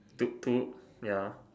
took two ya